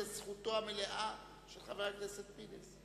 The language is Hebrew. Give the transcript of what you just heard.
זאת זכותו המלאה של חבר הכנסת פינס.